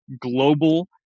global